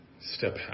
step